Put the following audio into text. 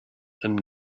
and